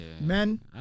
Men